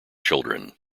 children